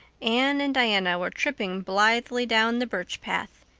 anne and diana were tripping blithely down the birch path,